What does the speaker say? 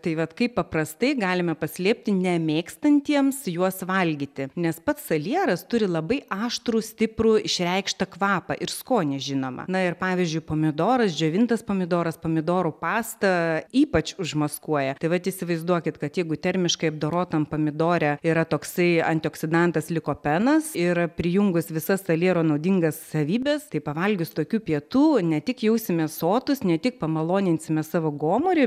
tai vat kaip paprastai galime paslėpti nemėgstantiems juos valgyti nes pats salieras turi labai aštrų stiprų išreikštą kvapą ir skonį žinoma na ir pavyzdžiui pomidoras džiovintas pomidoras pomidorų pasta ypač užmaskuoja tai vat įsivaizduokit kad jeigu termiškai apdorotam pomidore yra toksai antioksidantas likopenas ir prijungus visas saliero naudingas savybes tai pavalgius tokių pietų ne tik jausimės sotūs ne tik pamaloninsime savo gomurį